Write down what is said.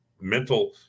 mental